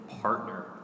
partner